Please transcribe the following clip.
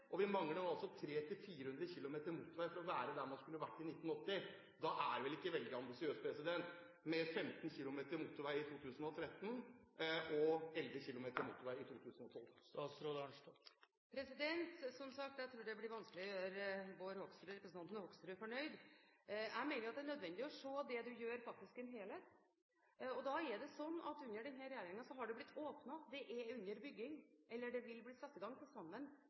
og vi mangler nå altså 300–400 km motorvei for å være der man skulle vært i 1980. Da er det vel ikke veldig ambisiøst med 15 km motorvei i 2013 og 11 km motorvei i 2012. Som sagt: Jeg tror det blir vanskelig å gjøre representanten Hoksrud fornøyd. Jeg mener at det er nødvendig å se det du gjør, i en helhet. Da er det sånn at under denne regjeringen har det blitt åpnet, det er under bygging eller det vil bli satt i gang veiprosjekter for til sammen